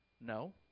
No